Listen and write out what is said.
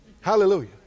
Hallelujah